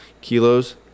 kilos